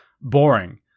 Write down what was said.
boring